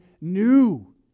new